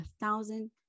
thousand